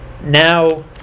now